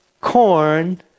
corn